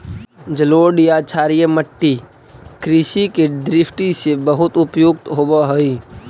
जलोढ़ या क्षारीय मट्टी कृषि के दृष्टि से बहुत उपयुक्त होवऽ हइ